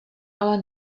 ale